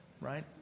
right